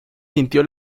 sintió